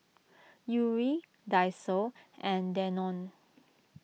Yuri Daiso and Danone